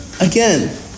again